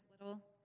little